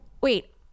wait